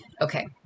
Okay